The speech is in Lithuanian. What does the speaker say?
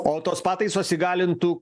o tos pataisos įgalintų